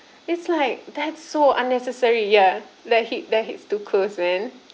it's like that's so unnecessary ya that hit that hits too close man